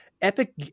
epic